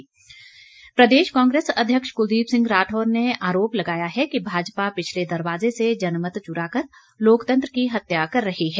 राठौर प्रदेश कांग्रेस अध्यक्ष कुलदीप सिंह राठौर ने आरोप लगाया है कि भाजपा पिछले दरवाजे से जनमत चुराकर लोकतंत्र की हत्या कर रही है